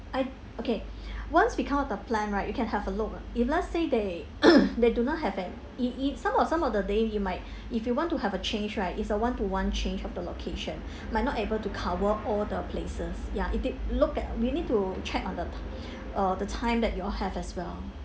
I okay once we come out the plan right you can have a look ah if let's say they they do not have and i~ it some of some of the day you might if you want to have a change right is a one to one change of the location might not able to cover all the places ya if it look at we need to check on the uh the time that you all have as well